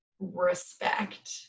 respect